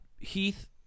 Heath